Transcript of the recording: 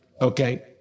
Okay